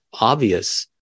obvious